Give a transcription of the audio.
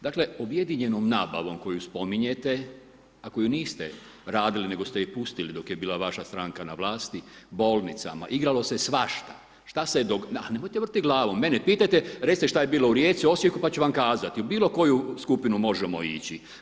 Dakle, objedinjenom nabavom koju spominjete ako ju niste radili nego ste je pustili dok je bila vaša stranka na vlasti bolnicama igralo se svašta, šta se a nemojte vrtiti glavom, mene pitajte recite šta je bilo u Rijeci, Osijeku pa ću vam kazati u bilo koju skupinu možemo ići.